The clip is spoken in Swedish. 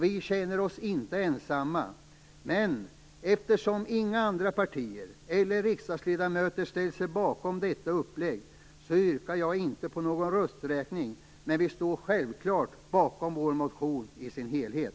Vi känner oss inte ensamma. Eftersom inga andra partier eller riksdagsledamöter har ställt sig bakom detta upplägg yrkar jag inte på någon rösträkning. Men vi står självfallet bakom vår motion i dess helhet.